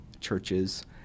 churches